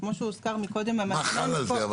כמו שהוזכר מקודם --- מה חל על זה אבל?